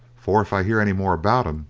for if i hear any more about em,